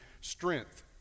strength